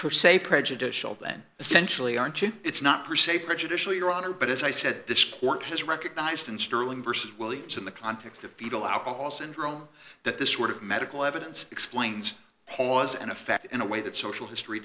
perceived prejudicial then essentially aren't you it's not per se prejudicial your honor but as i said this court has recognized in sterling versus williams in the context of fetal alcohol syndrome that this word of medical evidence explains all has an effect in a way that social history